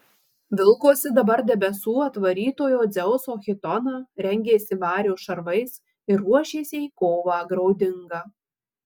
vilkosi dabar debesų atvarytojo dzeuso chitoną rengėsi vario šarvais ir ruošėsi į kovą graudingą